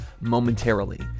momentarily